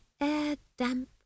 air-damp